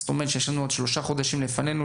זאת אומרת, יש לנו עוד שלושה חודשים לפנינו.